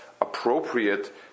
appropriate